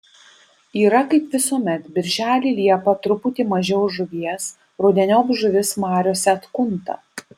yra kaip visuomet birželį liepą truputį mažiau žuvies rudeniop žuvis mariose atkunta